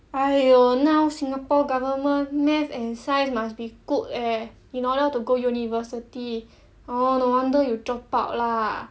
!aiyo! now singapore government math and science must be good eh in order to go university orh no wonder you dropped out lah